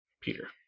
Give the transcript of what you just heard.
Peter